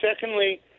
Secondly